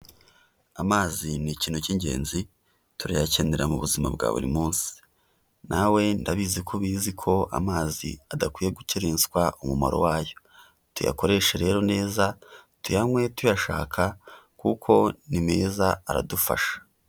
Amazi ni ikintu cy'ingenzi, turayakenera mu buzima bwa buri munsi, nawe ndabizi ko ubizi ko amazi adakwiye gukerenswa umumaro wayo, tuyakoreshe rero neza, tuyanywe tuyashaka kuko ni meza aradufasha.